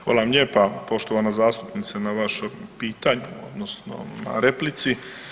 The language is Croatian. Hvala vam lijepa poštovana zastupnice na vašem pitanju odnosno replici.